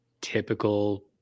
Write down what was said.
typical